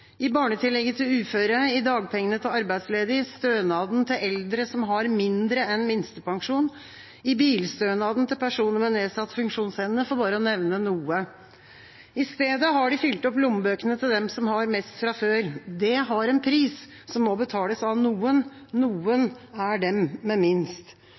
i barnetillegget til uføre, i dagpengene til arbeidsledige, i stønaden til eldre som har mindre enn minstepensjon, i bilstønaden til personer med nedsatt funksjonsevne, for bare å nevne noe. I stedet har de fylt opp lommebøkene til dem som har mest fra før. Det har en pris som må betales av noen. «Noen» er dem med minst.